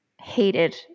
hated